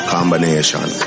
Combination